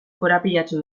korapilatsu